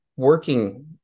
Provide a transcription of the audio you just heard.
working